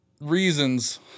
reasons